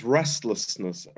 restlessness